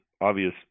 obvious